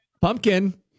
pumpkin